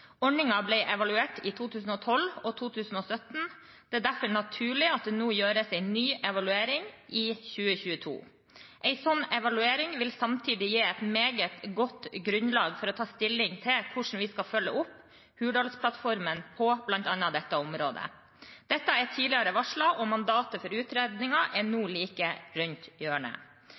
ble evaluert i 2012 og 2017. Det er derfor naturlig at det gjøres en ny evaluering nå i 2022. En sånn evaluering vil samtidig gi et meget godt grunnlag for å ta stilling til hvordan vi skal følge opp Hurdalsplattformen på bl.a. dette området. Dette er tidligere varslet, og mandatet for utredningen er nå like rundt